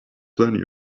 plenty